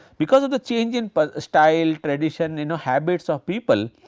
because of the change in but style, tradition you know habits of people,